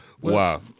Wow